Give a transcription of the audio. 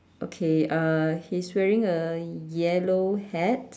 okay uh he's wearing a yellow hat